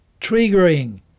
triggering